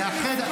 לאחד.